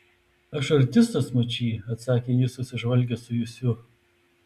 aš artistas mačy atsakė jis susižvalgęs su jusiu